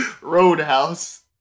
Roadhouse